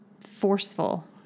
forceful